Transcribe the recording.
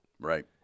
Right